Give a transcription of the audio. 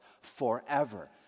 forever